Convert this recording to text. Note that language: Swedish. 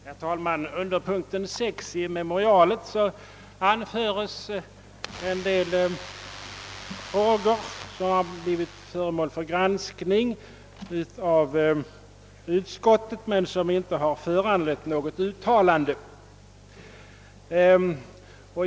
Herr talman! Under punkten 6 i memorialet anföres en del frågor som blivit föremål för granskning i utskottet men som inte har föranlett något uttalande.